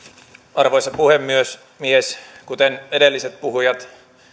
arvoisa puhemies kuten edelliset puhujat